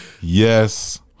yes